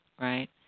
right